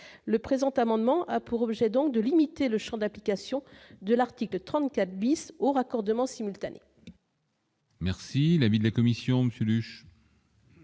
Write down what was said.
le présent amendement a pour objet donc de limiter le Champ d'application de l'article 34 bis au raccordement simultanées.